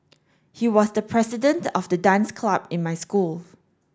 he was the president of the dance club in my school